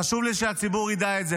חשוב לי שהציבור ידע את זה.